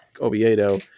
Oviedo